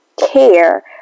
care